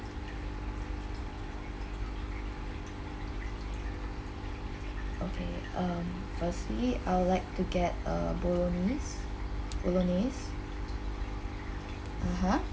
okay um firstly I would like to get a bolognese bolognese (uh huh)